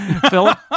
Philip